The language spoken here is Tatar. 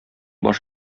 баш